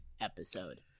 episode